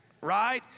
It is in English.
Right